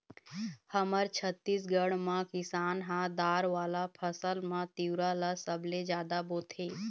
हमर छत्तीसगढ़ म किसान ह दार वाला फसल म तिंवरा ल सबले जादा बोथे